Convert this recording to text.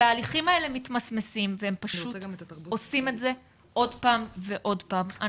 וההליכים האלה מתמסמסים והם עושים את זה עוד פעם ועוד פעם.